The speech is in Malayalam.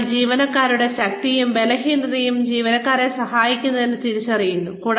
അതിൽ ജീവനക്കാരുടെ ശക്തിയും ബലഹീനതയും ജീവനക്കാരെ സഹായിക്കുന്നതിന് തിരിച്ചറിയുന്നു